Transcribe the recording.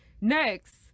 next